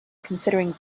considering